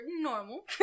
normal